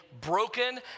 broken